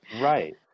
Right